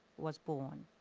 was born.